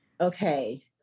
Okay